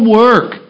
work